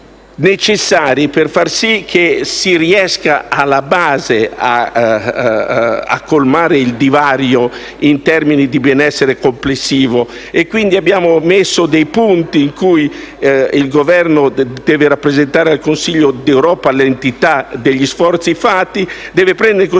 per far riuscire alla base a colmare il divario in termini di benessere complessivo. Abbiamo perciò inserito dei punti in cui il Governo deve rappresentare al Consiglio d'Europa l'entità degli sforzi fatti e prendere in considerazione